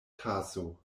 taso